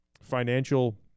financial